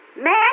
man